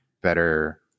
better